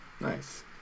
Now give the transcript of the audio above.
Nice